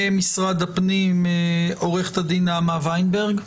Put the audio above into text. ממשרד הפנים עורכת הידן נעמה וינברג,